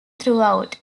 throughout